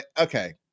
okay